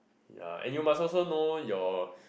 ya and you must know your